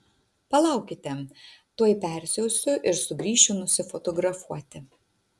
palaukite tuoj persiausiu ir sugrįšiu nusifotografuoti